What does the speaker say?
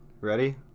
Ready